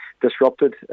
disrupted